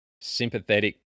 sympathetic